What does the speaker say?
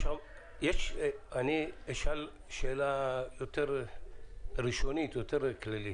אני אשאל שאלה ראשונית, כללית.